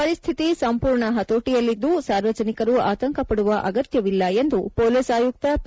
ಪರಿಸ್ಥಿತಿ ಸಂಪೂರ್ಣ ಹತೋಟಿಯಲ್ಲಿದ್ದು ಸಾರ್ವಜನಿಕರು ಆತಂಕ ಪಡುವ ಅಗತ್ಯವಿಲ್ಲ ಎಂದು ಪೋಲೀಸ್ ಆಯುಕ್ತ ಪಿ